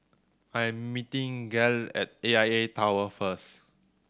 I am meeting Gayle at A I A Tower first